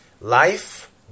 life